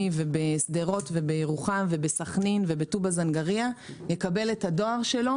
ובשדרות ובירוחם ובסחנין ובטובא זנגריה יקבל את הדואר שלו